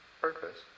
purpose